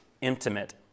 intimate